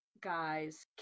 guys